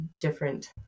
different